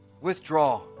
withdraw